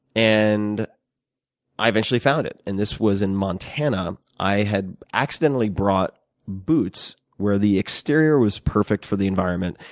and i eventually found it. and this was in montana. i had accidentally brought boots where the exterior was perfect for the environment,